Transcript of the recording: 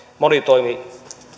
monitoimi